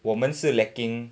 我们是 lacking